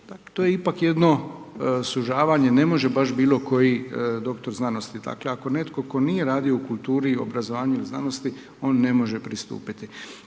To je ipak jedno sužavanje, ne može baš bilo koji dr. znanosti. Dakle ako netko tko nije radio u kulturi, obrazovanju ili znanosti on ne može pristupiti.